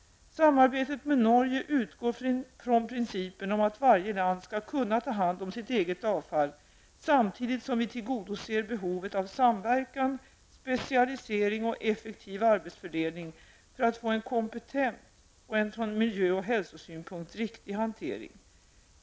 Samarbetet med Norge utgår från principen om att varje land skall kunna ta hand om sitt eget avfall, samtidigt som vi tillgodoser behovet av samverkan, specialisering och effektiv arbetsfördelning för att få en kompetent och en från miljö och hälsosynpunkt riktig hantering.